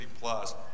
plus